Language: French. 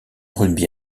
rugby